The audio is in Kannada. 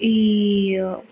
ಈ